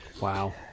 wow